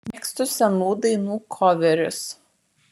mėgstu senų dainų koverius